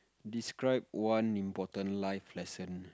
describe one important life lesson